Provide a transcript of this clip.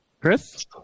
Chris